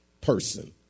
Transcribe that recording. person